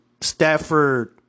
stafford